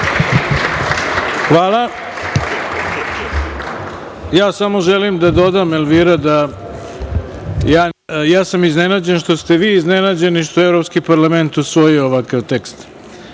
Hvala. Ja samo želim da dodam Elvira, da ja sam iznenađen, što ste vi iznenađeni što je Evropski parlament usvojio ovakav tekst. Znate